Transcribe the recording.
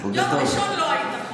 ביום ראשון לא היית פה,